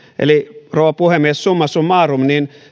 eli rouva puhemies summa summarum